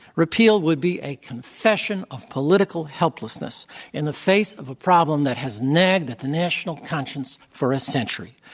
repeal would be a concession of political helplessness in the face of a problem that has nagged at the national conscience for a century.